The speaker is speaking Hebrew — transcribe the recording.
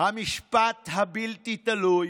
"המשפט הבלתי-תלוי